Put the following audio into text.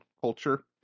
culture